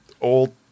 old